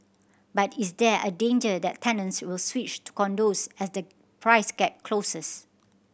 but is there a danger that tenants will switch to condos as the price gap closes